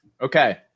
Okay